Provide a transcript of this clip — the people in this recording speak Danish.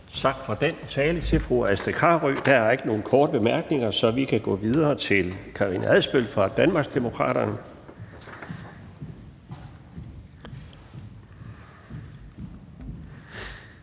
Carøe for den tale. Der er ikke nogen korte bemærkninger, så vi kan gå videre til Karina Adsbøl fra Danmarksdemokraterne.